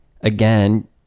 again